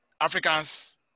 Africans